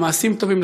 למעשים טובים,